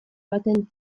baten